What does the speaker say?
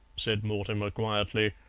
said mortimer quietly,